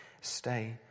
stay